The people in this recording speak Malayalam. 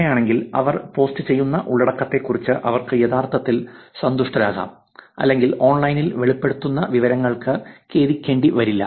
അങ്ങനെയാണെങ്കിൽ അവർ പോസ്റ്റുചെയ്യുന്ന ഉള്ളടക്കത്തെക്കുറിച്ച് അവർക്ക് യഥാർത്ഥത്തിൽ സന്തുഷ്ടരാകാം അല്ലെങ്കിൽ ഓൺലൈനിൽ വെളിപ്പെടുത്തുന്ന വിവരങ്ങൾക്ക് ഖേദിക്കേണ്ടിവരില്ല